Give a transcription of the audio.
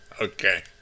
Okay